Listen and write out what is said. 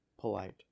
polite